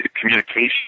Communication